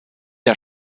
der